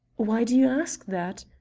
why do you ask that?